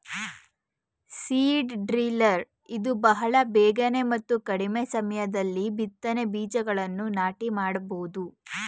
seed driller ಇಂದ ಬಹಳ ಬೇಗನೆ ಮತ್ತು ಕಡಿಮೆ ಸಮಯದಲ್ಲಿ ಬಿತ್ತನೆ ಬೀಜಗಳನ್ನು ನಾಟಿ ಮಾಡಬೋದು